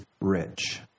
rich